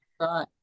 Right